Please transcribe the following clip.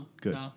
Good